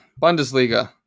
Bundesliga